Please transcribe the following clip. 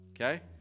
okay